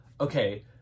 okay